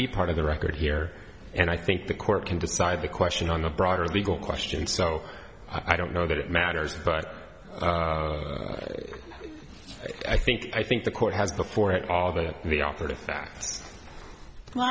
be part of the record here and i think the court can decide the question on the broader legal question so i don't know that it matters but i think i think the court has before it all th